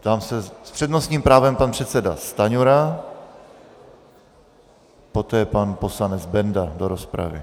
S přednostním právem pan předseda Stanjura, poté pan poslanec Benda do rozpravy.